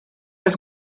his